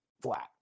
flat